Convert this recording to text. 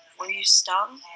were you stung?